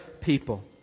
people